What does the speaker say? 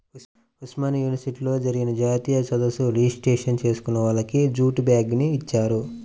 ఉస్మానియా యూనివర్సిటీలో జరిగిన జాతీయ సదస్సు రిజిస్ట్రేషన్ చేసుకున్న వాళ్లకి జూటు బ్యాగుని ఇచ్చారు